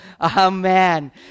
Amen